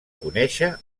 conèixer